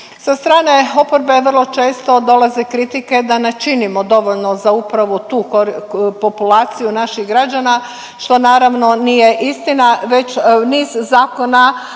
Sa strane oporbe vrlo često dolaze kritike da ne činimo dovoljno za upravo tu populaciju naših građana što naravno nije istina već niz zakona